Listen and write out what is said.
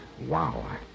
Wow